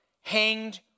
hanged